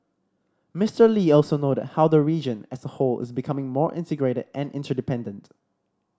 Mister Lee also noted how the region as a whole is becoming more integrated and interdependent